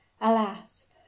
alas